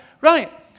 Right